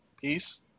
Peace